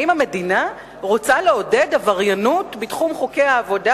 האם המדינה רוצה לעודד עבריינות בתחום חוקי העבודה?